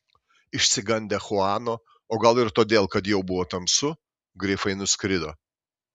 išsigandę chuano o gal ir todėl kad jau buvo tamsu grifai nuskrido